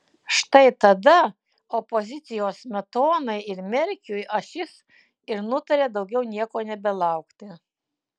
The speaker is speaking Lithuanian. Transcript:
štai tada opozicijos smetonai ir merkiui ašis ir nutarė daugiau nieko nebelaukti